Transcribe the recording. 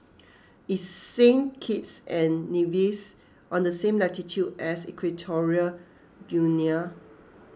is Saint Kitts and Nevis on the same latitude as Equatorial Guinea